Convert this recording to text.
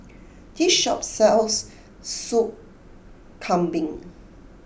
this shop sells Sup Kambing